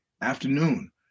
afternoon